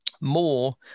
more